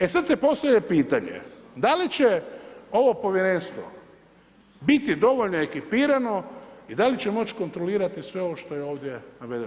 E sad se postavlja pitanje, da li će ovo Povjerenstvo biti dovoljno ekipirano i da li će moći kontrolirati sve ovo što je ovdje navedeno.